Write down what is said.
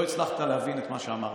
לא הצלחת להבין את מה שאמרתי.